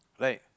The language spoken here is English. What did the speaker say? right